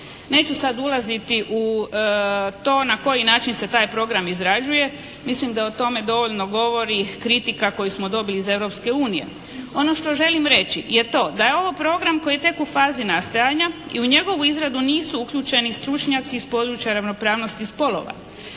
Neću sad ulaziti u to na koji način se taj program izrađuje. Mislim da o tome dovoljno govori kritika koju smo dobili iz Europske unije. Ono što želim reći je to da je ovo program koji je tek u fazi nastajanja i u njegovu izradu nisu uključeni stručnjaci iz područja ravnopravnosti spolova.